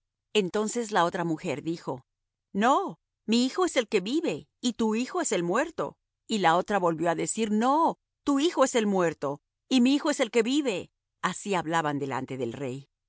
entonces la otra mujer dijo no mi hijo es el que vive y tu hijo es el muerto y la otra volvió á decir no tu hijo es el muerto y mi hijo es el que vive así hablaban delante del rey